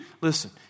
Listen